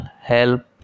help